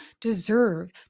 deserve